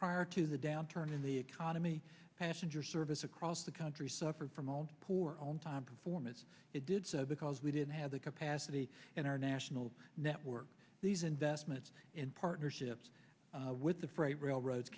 prior to the downturn in the economy passenger service across the country suffered from all poor on time performance it did so because we didn't have the capacity in our national network these investments in partnerships with the freight railroads